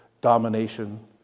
domination